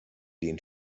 den